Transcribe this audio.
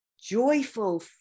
joyful